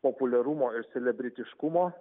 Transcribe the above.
populiarumo ir selebritiškumo